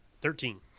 Thirteen